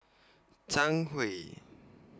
Zhang Hui